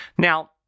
Now